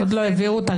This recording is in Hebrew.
לא.